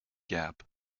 gap